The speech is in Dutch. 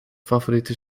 favoriete